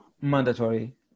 mandatory